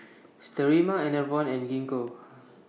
Sterimar Enervon and Gingko